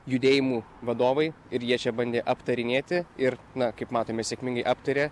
judėjimų vadovai ir jie čia bandė aptarinėti ir na kaip matome sėkmingai aptarė